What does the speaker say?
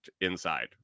inside